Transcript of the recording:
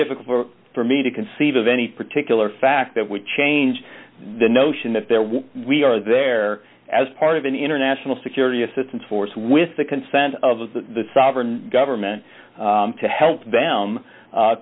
difficult for me to conceive of any particular fact that would change the notion that there were we are there as part of an international security assistance force with the consent of the sovereign government to help them